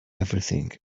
everything